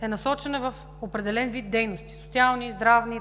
е насочена в определен вид дейности – социални, здравни